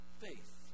faith